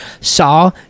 saw